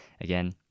Again